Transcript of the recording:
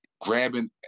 grabbing